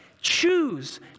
choose